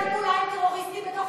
הוא משתף פעולה עם טרוריסטים בתוך